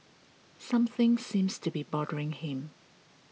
something seems to be bothering him